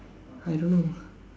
I don't know